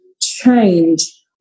change